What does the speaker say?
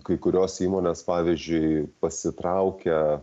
kai kurios įmonės pavyzdžiui pasitraukia